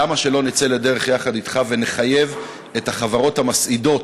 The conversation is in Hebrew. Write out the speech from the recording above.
למה שלא נצא לדרך יחד אתך ונחייב את החברות המסעידות,